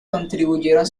contribuyeron